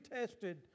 tested